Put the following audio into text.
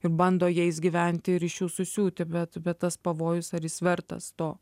ir bando jais gyventi ir iš jų susiūti bet bet tas pavojus ar jis vertas to